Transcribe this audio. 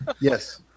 Yes